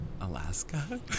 Alaska